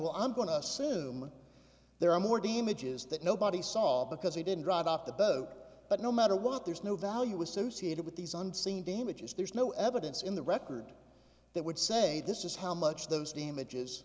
well i'm going to assume there are more damages that nobody saw because he didn't drive off the boat but no matter what there's no value associated with these unseen damages there's no evidence in the record that would say this is how much those damages